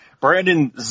Brandon